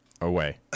away